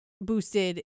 boosted